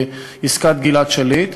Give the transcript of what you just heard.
עסקת גלעד שליט.